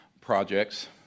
projects